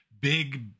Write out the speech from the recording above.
big